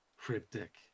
Cryptic